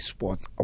Sports